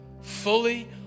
fully